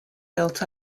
built